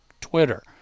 Twitter